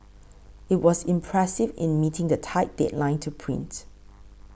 it was impressive in meeting the tight deadline to print